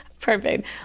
Perfect